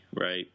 right